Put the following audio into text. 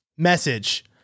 Message